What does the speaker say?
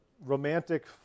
romantic